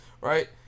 Right